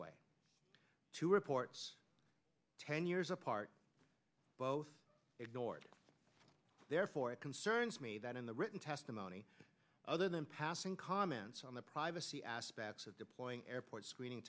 way two reports ten years apart both ignored therefore it concerns me that in the written testimony other than passing comments on the privacy aspects of deploying airport screening